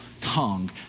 tongue